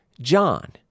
John